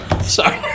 Sorry